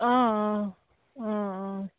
অঁ অঁ অঁ অঁ